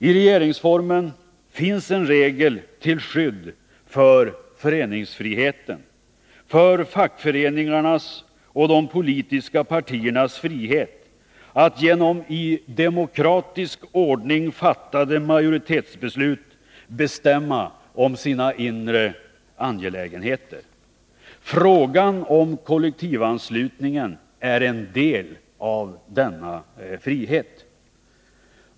I regeringsformen finns nämligen en regel till skydd för föreningsfriheten, för fackföreningarnas och de politiska partiernas frihet att genom i demokratisk ordning fattade majoritetsbeslut bestämma om sina inre angelägenheter. Frågan om kollektivanslutningen är en del av denna frihet.